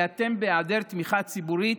כי אתם בהיעדר תמיכה ציבורית,